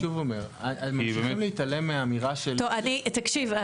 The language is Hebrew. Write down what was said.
אני אומר שוב: ממשיכים להתעלם מהאמירה של --- תקשיב,